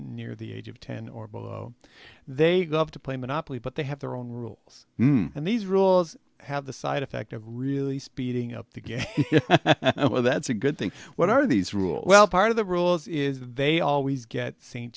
near the age of ten or below they go up to play monopoly but they have their own rules and these rules have the side effect of really speeding up the game well that's a good thing what are these rules well part of the rules is that they always get st